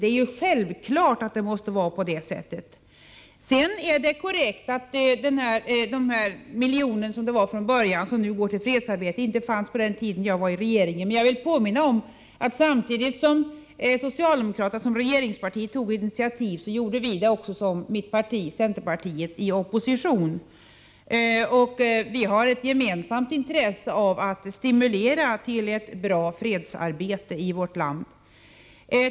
Det är självklart att det måste vara på det sättet. Det är korrekt att det inte på den tid jag satt i regeringen fanns något anslag motsvarande det belopp på ursprungligen 1 miljon som nu går till fredsarbetet. Men jag vill påminna om att centerpartiet i opposition tog initiativ i den här frågan samtidigt som socialdemokraterna som regeringsparti gjorde det. Vi har ett gemensamt intresse av att stimulera ett bra fredsarbete i vårt land.